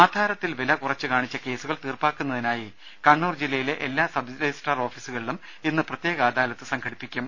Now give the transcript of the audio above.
ആധാരത്തിൽ വില കുറച്ചു കാണിച്ച കേസുകൾ തീർപ്പാക്കുന്നതിനായി കണ്ണൂർ ജില്ലയിലെ എല്ലാ സബ് രജിസ്ട്രാർ ഓഫീസുകളിലും ഇന്ന് പ്രത്യേക അദാലത്ത് സംഘടിപ്പിക്കും